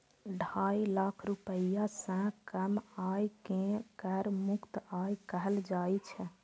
ढाई लाख रुपैया सं कम आय कें कर मुक्त आय कहल जाइ छै